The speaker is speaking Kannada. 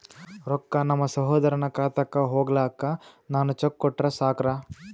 ರೊಕ್ಕ ನಮ್ಮಸಹೋದರನ ಖಾತಕ್ಕ ಹೋಗ್ಲಾಕ್ಕ ನಾನು ಚೆಕ್ ಕೊಟ್ರ ಸಾಕ್ರ?